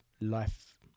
life